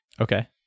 Okay